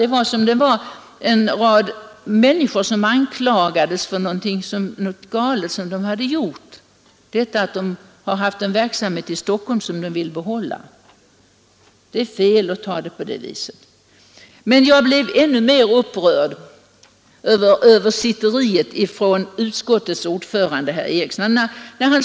Det var som om en rad människor anklagades för fel som de hade gjort — detta att de hade haft en verksamhet i Stockholm som de ville behålla. Det är fel att ta det på det viset. Men jag blev ännu mer upprörd över översitteriet från utskottets ordförande, herr Eriksson i Arvika.